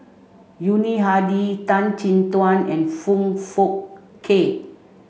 Yuni Hadi Tan Chin Tuan and Foong Fook Kay